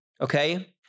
okay